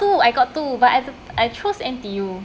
two I got two but I I chose N_T_U